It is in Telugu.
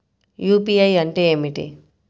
యూ.పీ.ఐ అంటే ఏమిటి?